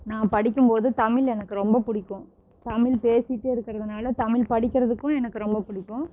நான் படிக்கும் போது தமிழ் எனக்கு ரொம்ப பிடிக்கும் தமிழ் பேசிகிட்டே இருக்கறதுனால தமிழ் படிக்கிறதுக்கும் எனக்கு ரொம்ப பிடிக்கும்